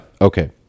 Okay